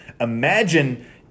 Imagine